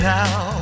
now